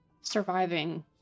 surviving